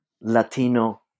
Latino